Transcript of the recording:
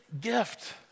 gift